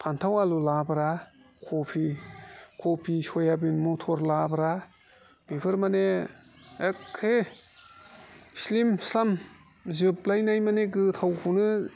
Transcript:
फानथाव आलु लाब्रा कबि सयाबिन मथर लाब्रा बेफोर माने एक्खे स्लिम स्लाम जोबलायनाय माने गोथावखौनो